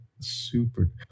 Super